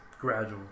Gradual